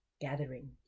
gathering